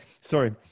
sorry